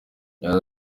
yagize